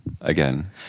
again